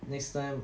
next time